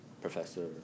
Professor